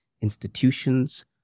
institutions